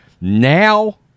Now